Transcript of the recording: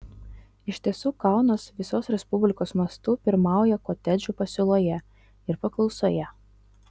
iš tiesų kaunas visos respublikos mastu pirmauja kotedžų pasiūloje ir paklausoje